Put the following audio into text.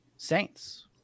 saints